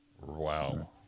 Wow